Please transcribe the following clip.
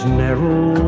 narrow